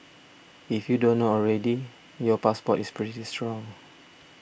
if you don't know already your passport is pretty strong